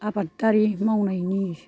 आबादारि मावनायनि